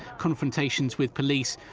confrontations with police,